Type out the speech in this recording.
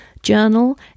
journal